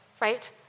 Right